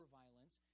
violence